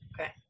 okay